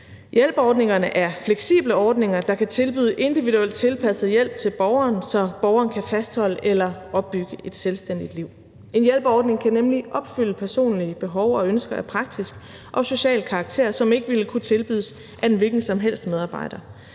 Hjælperordningerne er fleksible ordninger, der kan tilbyde individuelt tilpasset hjælp til borgeren, så borgeren kan fastholde eller opbygge et selvstændigt liv. En hjælperordning kan nemlig opfylde personlige behov og ønsker af praktisk og social karakter, som ikke ville kunne tilbydes af en hvilken som helst medarbejder.